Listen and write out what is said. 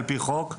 על-פי חוק,